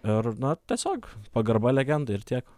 ir na tiesiog pagarba legendai ir tiek